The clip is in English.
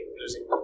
losing